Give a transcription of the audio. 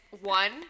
one